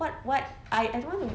what what I I don't want to